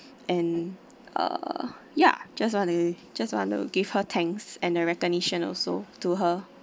and uh ya just want they just want to give her thanks and a recognition also to her